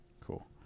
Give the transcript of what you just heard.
Cool